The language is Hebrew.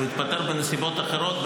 הוא התפטר בנסיבות אחרות,